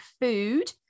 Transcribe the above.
food